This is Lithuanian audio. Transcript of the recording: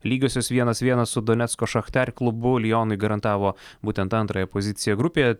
lygiosios vienas vienas su donecko šachter ar klubu lionui garantavo būtent antrąją poziciją grupėje